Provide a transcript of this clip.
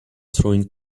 throwing